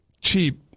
cheap